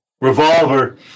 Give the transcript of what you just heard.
Revolver